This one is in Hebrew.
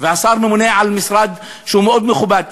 והשר ממונה על משרד שהוא מאוד מכובד.